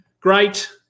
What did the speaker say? great